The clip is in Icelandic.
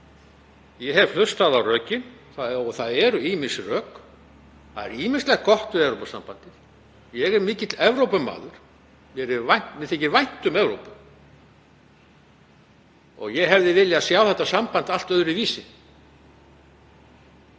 Ég hef hlustað á rökin og það eru ýmis rök, það er ýmislegt gott við Evrópusambandið. Ég er mikill Evrópumaður, mér þykir vænt um Evrópu og ég hefði viljað sjá þetta samband allt öðruvísi,